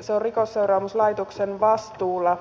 se on rikosseuraamuslaitoksen vastuulla